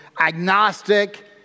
agnostic